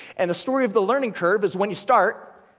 and the story of the learning curve is when you start,